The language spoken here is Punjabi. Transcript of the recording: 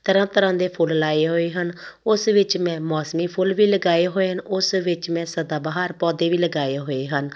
ਤਰ੍ਹਾਂ ਤਰ੍ਹਾਂ ਦੇ ਫੁੱਲ ਲਗਾਏ ਹੋਏ ਹਨ ਉਸ ਵਿੱਚ ਮੈਂ ਮੌਸਮੀ ਫੁੱਲ ਵੀ ਲਗਾਏ ਹੋਏ ਹਨ ਉਸ ਵਿੱਚ ਮੈਂ ਸਦਾਬਹਾਰ ਪੌਦੇ ਵੀ ਲਗਾਏ ਹੋਏ ਹਨ